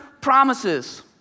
promises